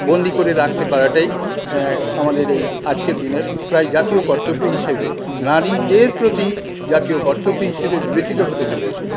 বন্দি করে রাখতে পারাটাই আমাদের এই আজকের দিনের প্রায় জাতীয় কর্তব্য হিসেবে নারীদের প্রতি জাতীয় কর্তব্য হিসেবে বিবেচিত হতে চলেছে